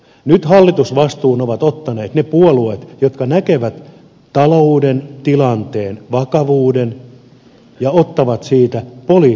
nyt hallitusvastuun ovat ottaneet ne puolueet jotka näkevät talouden tilanteen vakavuuden ja ottavat siitä poliittisen vastuun